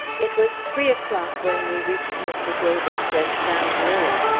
it was three o'clock when we reached mr. david's and found lilly.